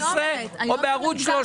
אני לא אומרת המגזר החרדי.